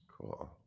Cool